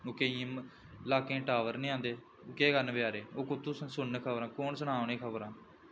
ओह् केइयें लाह्कें च टावर नी आंदे केह् करन बचैरे ओह् कुत्थूं सुनन खबरां कौन सना उ'नेंगी खबरां